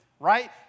right